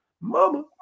Mama